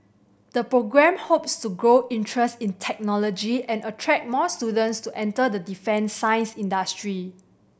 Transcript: the programme hopes to grow interest in technology and attract more students to enter the defence science industry